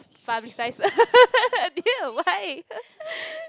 publicize dear why